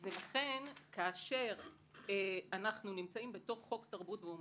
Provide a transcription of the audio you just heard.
לכן, כאשר אנחנו נמצאים בתוך חוק תרבות ואומנות,